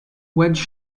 wedge